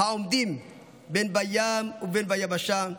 העומדים בין בים ובין ביבשה,